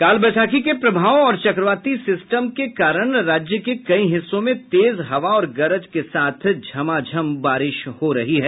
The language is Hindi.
काल वैशाखी के प्रभाव और चक्रवाती सिस्टम के कारण राज्य के कई हिस्सों में तेज हवा और गरज के साथ झमाझम बारिश हो रही है